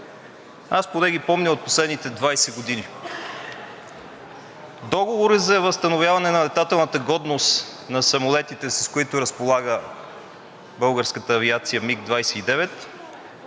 Аз поне ги помня от последните 20 години. Договори за възстановяване на летателната годност на самолетите, с които разполага българската авиация – МиГ 29,